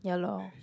ya lor